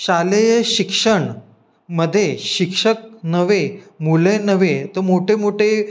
शालेय शिक्षण मध्ये शिक्षक नव्हे मुलं नव्हे तर मोठे मोठे